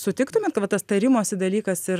sutiktumėt ka va tas tarimosi dalykas ir